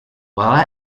while